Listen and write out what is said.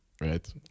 right